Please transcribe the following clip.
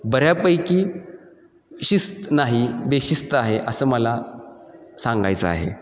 बऱ्यापैकी शिस्त नाही बेशिस्त आहे असं मला सांगायचं आहे